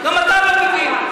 גם אתה לא מבין.